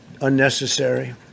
unnecessary